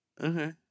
Okay